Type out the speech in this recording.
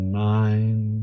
nine